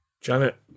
Janet